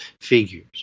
figures